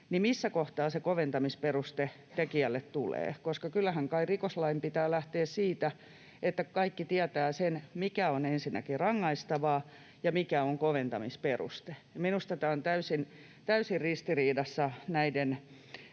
missä kohtaa se koventamisperuste tekijälle tulee? Kyllähän kai rikoslain pitää lähteä siitä, että kaikki tietävät sen, mikä on ensinnäkin rangaistavaa ja mikä on koventamisperuste. Ja minusta tämä on täysin ristiriidassa näiden